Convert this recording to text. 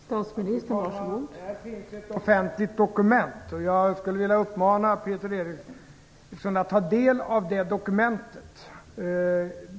Fru talman! Det finns ett offentligt dokument. Jag skulle vilja uppmana Peter Eriksson att ta del av det dokumentet.